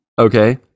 okay